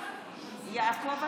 יעקב אשר,